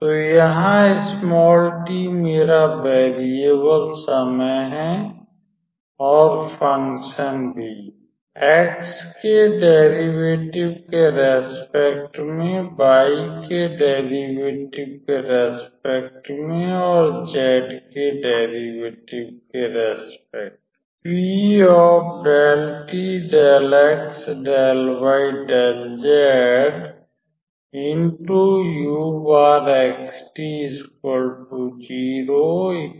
तो यहाँ t मेरा वेरियेबल समय है और फंकशन भी x के डेरिवेटिव के रेस्पेक्ट में y के डेरिवेटिव के रेस्पेक्ट में और z के डेरिवेटिव के रेस्पेक्ट में